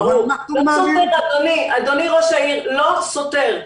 אדוני ראש העיר, זה לא סותר.